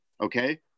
Okay